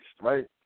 right